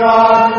God